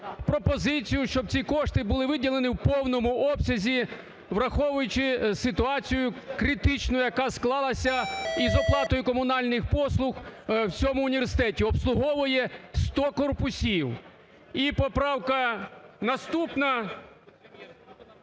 пропозицію, щоб ці кошти були виділені в повному обсязі, враховуючи ситуацію критичну, яка склалася із оплатою комунальних послуг у всьому університеті. Обслуговує 100 корпусів. І поправка наступна